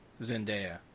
Zendaya